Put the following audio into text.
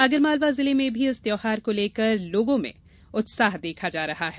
आगरमालवा जिले में भी इस त्यौहार को लेकर लोगों में उत्साह देखा जा रहा है